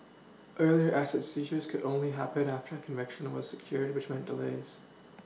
earlier asset seizures could only happen after a conviction order secured which meant delays